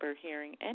hearing